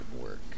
work